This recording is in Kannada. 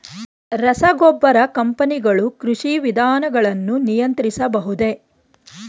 ರಸಗೊಬ್ಬರ ಕಂಪನಿಗಳು ಕೃಷಿ ವಿಧಾನಗಳನ್ನು ನಿಯಂತ್ರಿಸಬಹುದೇ?